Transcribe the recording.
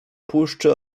puszczy